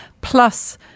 plus